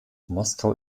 moskau